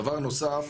דבר נוסף,